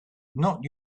not